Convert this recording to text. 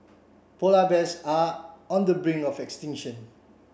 polar bears are on the brink of extinction